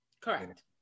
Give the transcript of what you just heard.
Correct